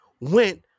went